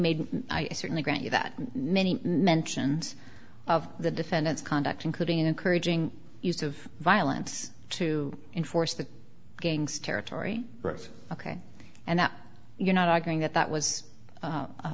made i certainly grant you that many mentions of the defendant's conduct including encouraging use of violence to enforce the gang's territory ok and you're not arguing that